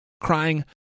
crying